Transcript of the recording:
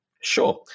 Sure